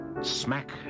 smack